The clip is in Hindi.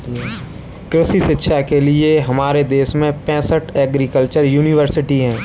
कृषि शिक्षा के लिए हमारे देश में पैसठ एग्रीकल्चर यूनिवर्सिटी हैं